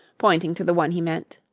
pointing to the one he meant.